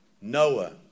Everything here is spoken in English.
Noah